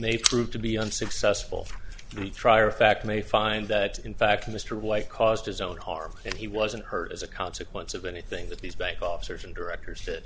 may prove to be unsuccessful the trier of fact may find that in fact mr white caused his own harm and he wasn't hurt as a consequence of anything that these bank officers and directors did